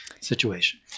situation